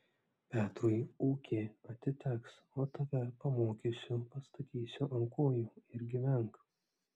petrui ūkė atiteks o tave pamokysiu pastatysiu ant kojų ir gyvenk